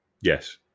Yes